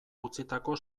utzitako